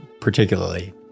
particularly